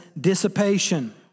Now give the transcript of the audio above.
dissipation